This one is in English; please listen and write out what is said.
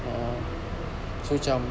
a'ah so cam